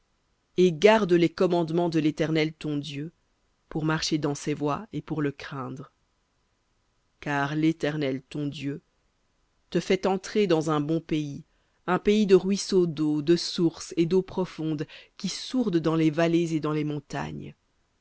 et garde les commandements de l'éternel ton dieu pour marcher dans ses voies et pour le craindre car l'éternel ton dieu te fait entrer dans un bon pays un pays de ruisseaux d'eau de sources et d'eaux profondes qui sourdent dans les vallées et dans les montagnes